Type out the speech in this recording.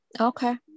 Okay